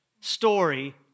story